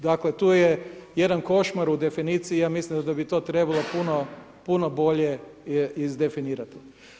Dakle tu je jedan košmar u definiciji, ja mislim da bi to trebalo puno bolje, izdefinirati.